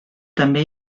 també